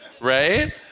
Right